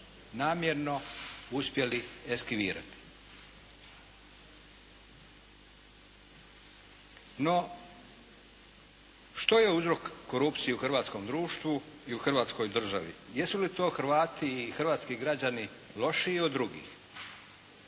namjerno uspjeli eskivirati. No, što je uzrok korupcije u hrvatskom društvu i u Hrvatskoj državi? Jesu li to Hrvati i hrvatski građani lošiji od drugih?